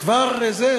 הטקסט.